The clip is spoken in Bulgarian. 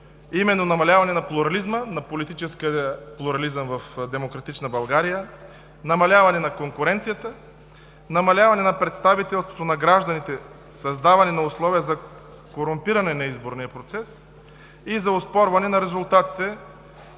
именно намаляване на политическия плурализъм в демократична България, намаляване на конкуренцията, намаляване на представителството на гражданите, създаване на условия за корумпиране на изборния процес и за оспорване на резултатите,